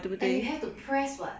and you have to press [what]